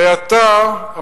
הרי אתה אמרת,